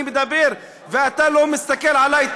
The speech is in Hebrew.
אני מדבר ואתה לא מסתכל עלי,